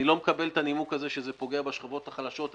אני לא מקבל את הנימוק שזה פוגע בשכבות החלשות.